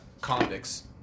convicts